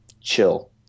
chill